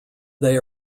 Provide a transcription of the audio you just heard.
they